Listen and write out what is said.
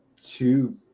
two